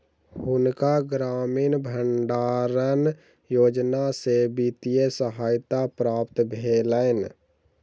हुनका ग्रामीण भण्डारण योजना सॅ वित्तीय सहायता प्राप्त भेलैन